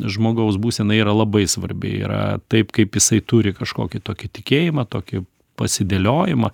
žmogaus būsena yra labai svarbi yra taip kaip jisai turi kažkokį tokį tikėjimą tokį pasidėliojimą